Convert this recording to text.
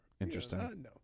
Interesting